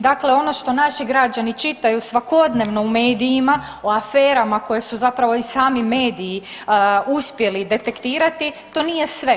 Dakle ono što naši građani čitaju svakodnevnu u medijima o aferama koje su zapravo i sami mediji uspjeli detektirati, to nije sve.